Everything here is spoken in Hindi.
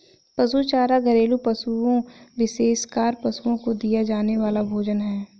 पशु चारा घरेलू पशुओं, विशेषकर पशुओं को दिया जाने वाला भोजन है